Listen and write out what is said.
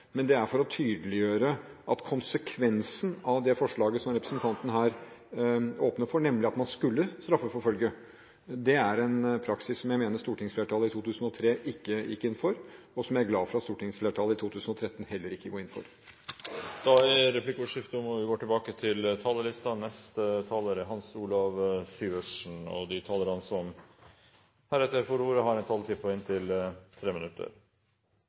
men det er for å tydeliggjøre at konsekvensen av det forslaget som representanten her åpner for – nemlig at man skulle straffeforfølge – er en praksis som jeg mener stortingsflertallet i 2003 ikke gikk inn for, og som jeg er glad for at stortingsflertallet i 2013 heller ikke går inn for. Replikkordskiftet er omme. De talere som heretter får ordet, har en taletid på inntil 3 minutter. Det har vært interessant å følge debatten, ikke minst replikkordskiftet. Det har vært en